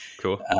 Cool